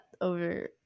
over